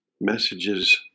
messages